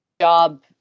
job